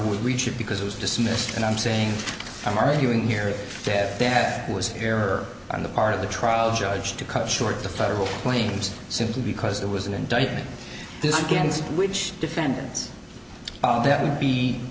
would reach it because it was dismissed and i'm saying i'm arguing here that they had was error on the part of the trial judge to cut short the federal claims simply because there was an indictment this against which defendants that would be